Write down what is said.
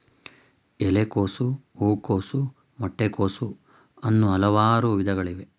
ಎಲೆಕೋಸು, ಹೂಕೋಸು, ಮೊಟ್ಟೆ ಕೋಸು, ಅನ್ನೂ ಹಲವಾರು ವಿಧಗಳಿವೆ